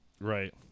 Right